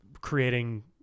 creating